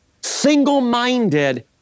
single-minded